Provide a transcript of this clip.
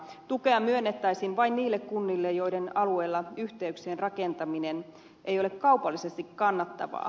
tukea myönnettäisiin vain niille kunnille joiden alueella yhteyksien rakentaminen ei ole kaupallisesti kannattavaa